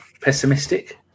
pessimistic